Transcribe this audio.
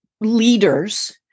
leaders